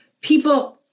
people